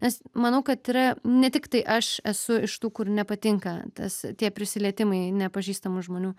nes manau kad yra ne tiktai aš esu iš tų kur nepatinka tas tie prisilietimai nepažįstamų žmonių